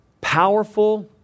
powerful